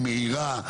היא מהירה,